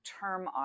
term